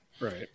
Right